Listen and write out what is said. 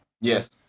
yes